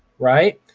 right?